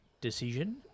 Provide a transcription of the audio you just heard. decision